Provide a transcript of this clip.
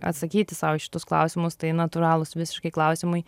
atsakyti sau į šitus klausimus tai natūralūs visiškai klausimai